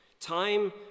time